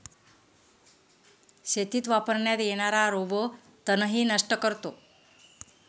शेतीत वापरण्यात येणारा रोबो तणही नष्ट करतो